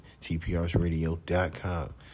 tprsradio.com